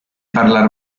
parlar